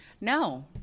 No